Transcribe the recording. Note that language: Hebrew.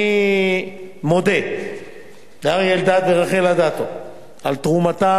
אני מודה לאריה אלדד ולרחל אדטו על תרומתם